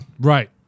Right